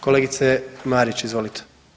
Kolegice Marić, izvolite.